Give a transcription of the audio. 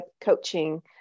coaching